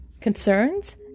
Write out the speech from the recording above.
concerns